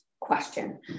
question